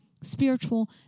spiritual